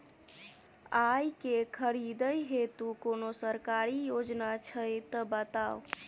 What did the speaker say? आइ केँ खरीदै हेतु कोनो सरकारी योजना छै तऽ बताउ?